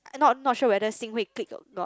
end up not sure whether or not